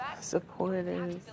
supporters